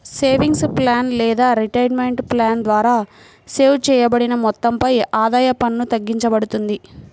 savings plan లేదా retirement plan ద్వారా save చేయబడిన మొత్తంపై ఆదాయ పన్ను తగ్గింపబడుతుంది